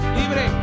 libre